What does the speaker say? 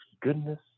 goodness